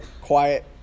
quiet